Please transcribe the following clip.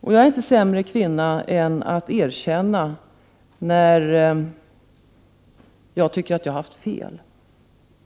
Jag är inte sämre kvinna än att erkänna när jag tycker att jag har gjort fel.